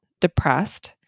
depressed